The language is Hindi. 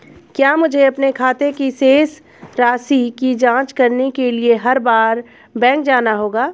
क्या मुझे अपने खाते की शेष राशि की जांच करने के लिए हर बार बैंक जाना होगा?